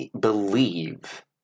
believe